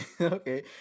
Okay